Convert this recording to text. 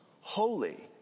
holy